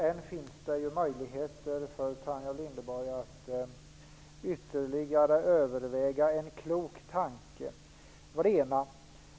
Än finns det möjligheter för Tanja Linderborg att ytterligare överväga en klok tanke.